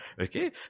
Okay